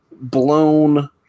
blown